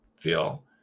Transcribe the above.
feel